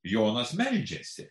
jonas meldžiasi